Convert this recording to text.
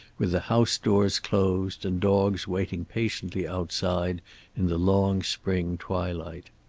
with the house doors closed and dogs waiting patiently outside in the long spring twilight.